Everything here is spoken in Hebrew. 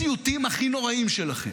בסיוטים הכי נוראים שלכם,